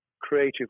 creative